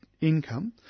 income